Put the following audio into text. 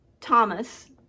Thomas